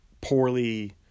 poorly